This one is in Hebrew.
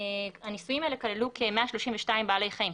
הניסויים האלה כללו כ-132 בעלי חיים,